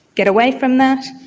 get away from that.